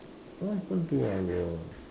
what happened to our